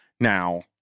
now